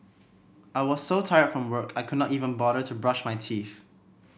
I was so tired from work I could not even bother to brush my teeth